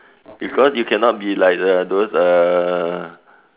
because you can not be uh those err